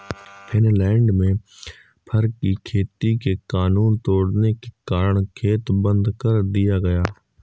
Finland में fur की खेती के कानून तोड़ने के कारण खेत बंद कर दिया गया